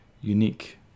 unique